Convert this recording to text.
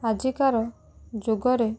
ଆଜିକାର ଯୁଗରେ